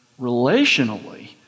relationally